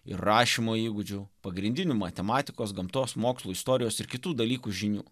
ir rašymo įgūdžių pagrindinių matematikos gamtos mokslų istorijos ir kitų dalykų žinių